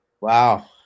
Wow